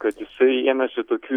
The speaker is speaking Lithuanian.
kad jisai ėmėsi tokių